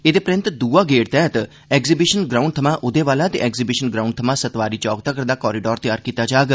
एहदे परैन्त दुए गेड़ा तैह्त एग्जीबीषन ग्राउंड थमां उदयवाला ते एग्जीबीषन ग्राउंड थमां सतवारी चौक तगर दा कारीडार तैयार कीता जाग